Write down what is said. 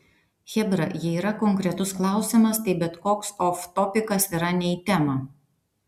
chebra jei yra konkretus klausimas tai bet koks oftopikas yra ne į temą